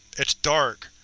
it's dark,